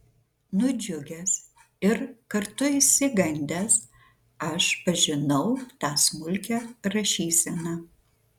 nudžiugęs ir kartu išsigandęs aš pažinau tą smulkią rašyseną